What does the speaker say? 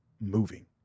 moving